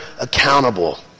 accountable